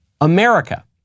America